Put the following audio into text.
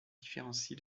différencie